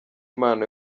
impano